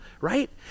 right